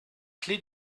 clef